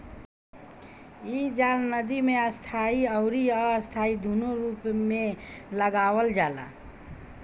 इ जाल नदी में स्थाई अउरी अस्थाई दूनो रूप में लगावल जाला